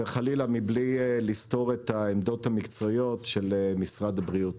וחלילה מבלי לסתור את העמדות המקצועיות של משרד הבריאות.